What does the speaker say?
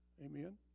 Amen